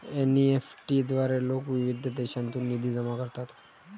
NEFT द्वारे लोक विविध देशांतून निधी जमा करतात